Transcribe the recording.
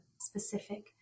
specific